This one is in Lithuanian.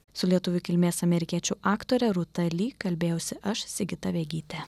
su lietuvių kilmės amerikiečių aktore rūta lee kalbėjausi aš sigita vegytė